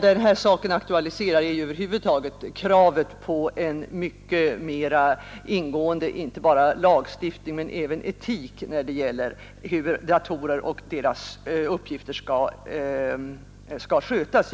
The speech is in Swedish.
Den här händelsen aktualiserar över huvud taget kravet på mycket mer ingående inte bara lagstiftning utan även etiska regler när det gäller hur datorer och de uppgifter man får från dem skall skötas.